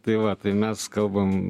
tai va tai mes kalbam